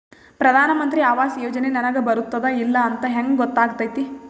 ಪ್ರಧಾನ ಮಂತ್ರಿ ಆವಾಸ್ ಯೋಜನೆ ನನಗ ಬರುತ್ತದ ಇಲ್ಲ ಅಂತ ಹೆಂಗ್ ಗೊತ್ತಾಗತೈತಿ?